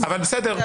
אסור.